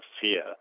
fear